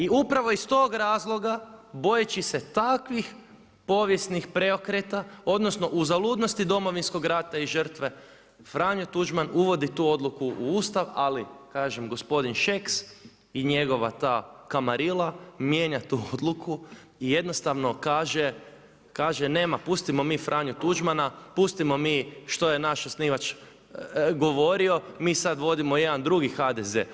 I upravo iz tog razloga, bojeći se takvih povijesnih preokreta, odnosno uzaludnosti Domovinskog rata i žrtve Franjo Tuđman uvodi tu odluku u Ustav, ali kažem gospodin Šeks i njegova ta kamarila mijenja tu odluku i jednostavno kaže, kaže nema, pustimo mi Franju Tuđmana, pustimo mi što je naš osnivač govorio, mi sada vodimo jedan drugi HDZ.